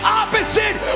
opposite